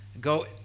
go